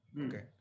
Okay